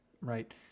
right